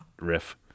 riff